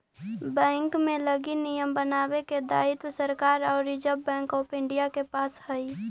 bank लगी नियम बनावे के दायित्व सरकार आउ रिजर्व बैंक ऑफ इंडिया के पास हइ